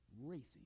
racing